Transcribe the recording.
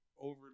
Over